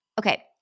Okay